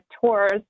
tours